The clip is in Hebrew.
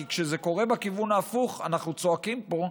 כי כשזה קורה בכיוון ההפוך אנחנו צועקים פה,